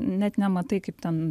net nematai kaip ten